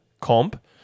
comp